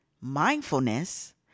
mindfulness